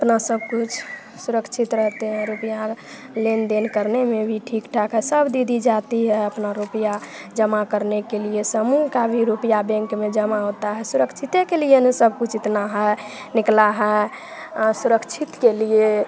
अपना सबकुछ सुरक्षित रहते हैं रुपया लेनदेन करने में भी ठीक ठाक है सब दीदी जाती है अपना रुपया जमा करने के लिए समूह का भी रुपया बैंक में जमा होता है सुरक्षिते के लिए ना सबकुछ इतना है निकला है सुरक्षित के लिए